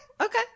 okay